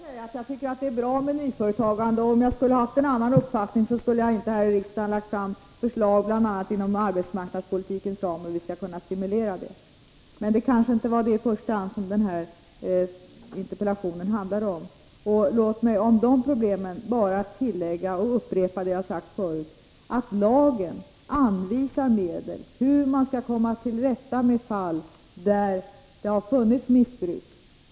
Herr talman! Jag tycker att det är bra med nyföretagande, och om jag hade haft en annan uppfattning skulle jag inte här i riksdagen ha lagt fram förslag om hur vi, bl.a. genom arbetsmarknadspolitikens ram, skall kunna stimulera det. Men det kanske inte var det som den här interpellationen i första hand handlade om. Låt mig när det gäller de problemen bara upprepa det jag sagt förut: Lagen anvisar medel för att komma till rätta med fall där det har funnits missbruk.